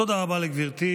תודה רבה לגברתי.